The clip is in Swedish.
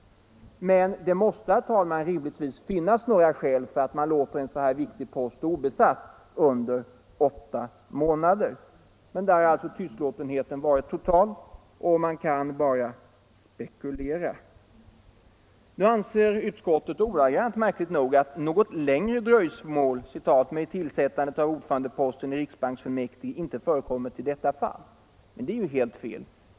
Det måste, herr talman, rimligtvis finnas några skäl för att man låter en så viktig post stå obesatt under åtta månader. Tystlåtenheten har varit total, och man kan bara spekulera. Nu anser utskottet ordagrant, märkligt nog, att ”något längre dröjsmål med tillsättningen av ordförandeposten i riksbanksfullmäktige inte förekommit i detta fall”. Men det är ju helt fel.